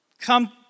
come